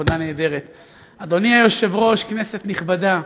אדוני היושב-ראש, כנסת נכבדה,